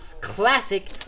classic